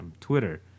Twitter